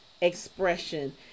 expression